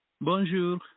Bonjour